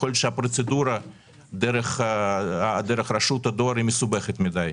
יכול להיות שהפרוצדורה דרך רשות הדואר היא מסובכת מדי,